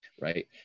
right